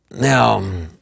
Now